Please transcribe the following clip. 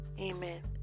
Amen